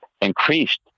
increased